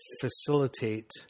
facilitate